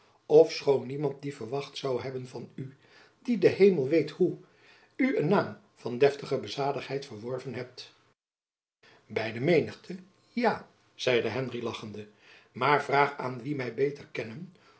ofschoon niemand die verwacht zoû hebben van u die de hemel weet hoe u een naam van deftige bezadigdheid verworven hebt by de menigte ja zeide henry lachende maar vraag aan wie my beter kennen